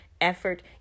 effort